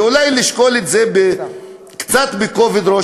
ואולי לשקול את זה קצת בכובד ראש,